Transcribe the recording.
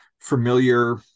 familiar